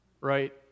right